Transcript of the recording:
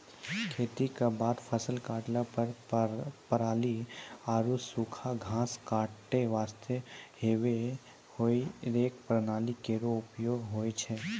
खेती क बाद फसल काटला पर पराली आरु सूखा घास हटाय वास्ते हेई रेक प्रणाली केरो उपयोग होय छै